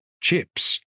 chips